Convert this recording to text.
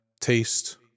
taste